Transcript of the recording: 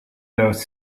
those